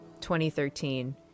2013